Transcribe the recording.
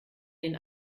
den